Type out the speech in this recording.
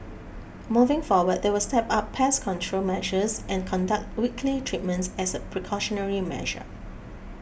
moving forward they will step up pest control measures and conduct weekly treatments as a precautionary measure